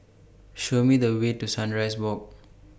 Show Me The Way to Sunrise Walk